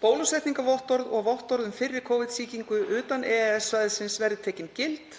„Bólusetningarvottorð og vottorð um fyrri Covid-sýkingu utan EES-svæðisins verði tekin gild